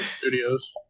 Studios